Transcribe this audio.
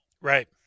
Right